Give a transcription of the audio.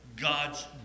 God's